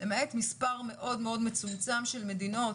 למעט מספר מצומצם מאוד של מדינות,